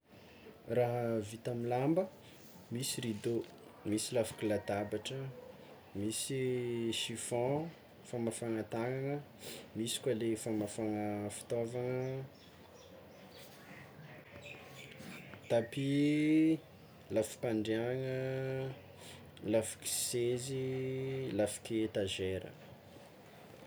Raha vita amy lamba: misy rideau, misy lafiky latabatra, misy chiffon famafagna tagnagna, misy koa le famafagna fitaovagna, tapis, lafim-pandriagna, lafiky sezy, lafiky etazera.